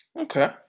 Okay